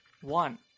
One